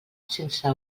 sense